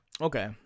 Okay